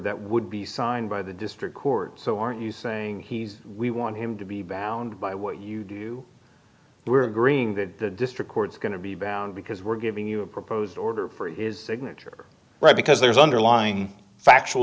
that would be signed by the district court so aren't you saying he's we want him to be bound by what you do we're agreeing that the district court's going to be bound because we're giving you a proposed order for is signature right because there's underlying factual